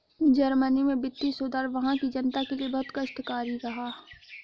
Germany में वित्तीय सुधार वहां की जनता के लिए बहुत कष्टकारी रहा